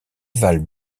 valent